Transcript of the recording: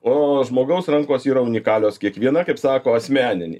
o žmogaus rankos yra unikalios kiekviena kaip sako asmeniniai